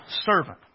servant